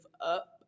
up